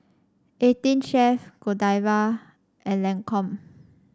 Eighteen Chef Godiva and Lancome